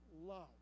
love